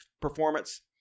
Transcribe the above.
performance